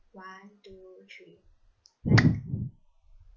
one two three